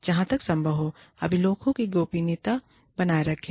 और जहां तक संभव हो अभिलेखों की गोपनीयता बनाए रखें